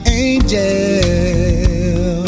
angel